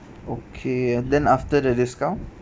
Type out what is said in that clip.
okay then after the discount